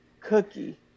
Cookie